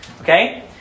Okay